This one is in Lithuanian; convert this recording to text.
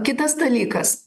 kitas dalykas